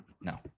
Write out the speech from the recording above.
No